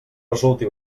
resulti